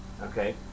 Okay